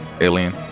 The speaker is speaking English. Alien